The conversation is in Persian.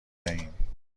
دهیم